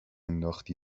نداختی